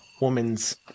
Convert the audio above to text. woman's